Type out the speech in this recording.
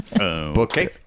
Okay